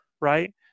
right